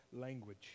language